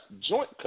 joint